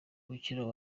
umukino